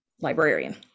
librarian